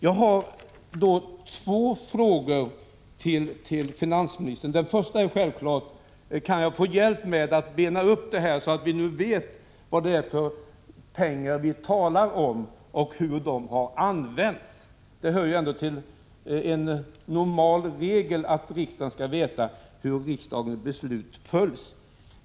Jag vill ställa ytterligare två frågor till finansministern. Den första frågan blir självfallet: Kan jag få hjälp med att bena upp det här? Vi måste ju veta vad det är för pengar vi talar om och hur dessa har använts. Det hör till reglerna att riksdagen får veta hur dess beslut följs.